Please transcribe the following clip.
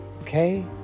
Okay